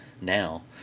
now